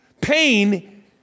pain